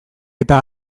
eta